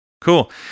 Cool